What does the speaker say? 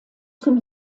zum